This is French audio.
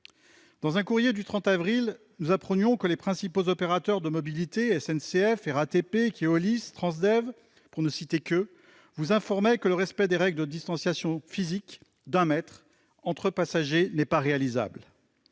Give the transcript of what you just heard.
Dans un courrier du 30 avril, nous apprenions que les principaux opérateurs de mobilité- SNCF, RATP, Keolis, Transdev, pour ne citer que ces derniers -vous informaient que le respect des règles de distanciation physique d'un mètre entre passagers n'était pas réalisable.